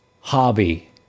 hobby